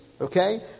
Okay